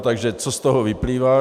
Takže co z toho vyplývá?